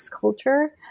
culture